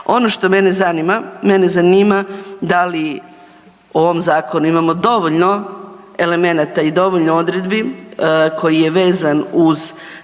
Ono što mene zanima, mene zanima da li u ovom zakonu imamo dovoljno elemenata i dovoljno odredbi koji je vezan uz